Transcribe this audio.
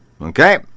Okay